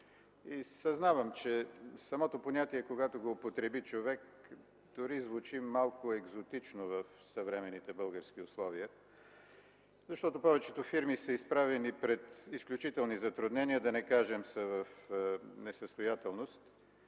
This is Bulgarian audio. Съзнавам, че когато човек употреби самото понятие, то дори звучи малко екзотично в съвременните български условия, защото повечето фирми са изправени пред изключителни затруднения, да не кажем в несъстоятелност,